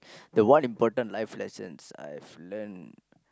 the one important life lessons I've learnt